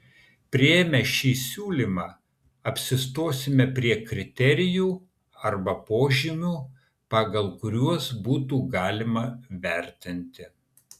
priėmę šį siūlymą apsistosime prie kriterijų arba požymių pagal kuriuos būtų galima vertinti